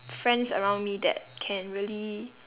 friends around me that can really